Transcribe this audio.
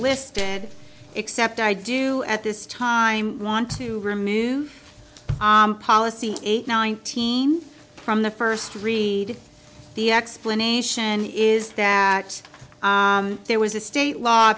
listed except i do at this time want to remove policy eight nineteen from the first read the explanation is that there was a state law